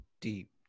deep